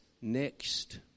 next